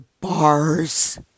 bars